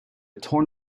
torn